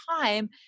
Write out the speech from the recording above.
time